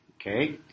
Okay